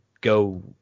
go